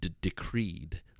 decreed